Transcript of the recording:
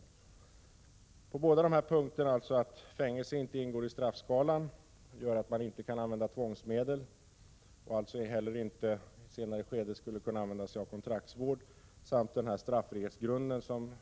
Vi har alltså invändningar på två punkter, nämligen dels att fängelse inte ingår i straffskalan — något som är en förutsättning för att man skall kunna använda tvångsmedel och i ett senare skede tillämpa kontraktsvård —, dels den föreslagna straffrihetsgrunden.